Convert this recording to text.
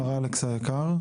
מר אלכס היקר,